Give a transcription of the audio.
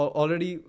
already